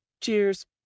Cheers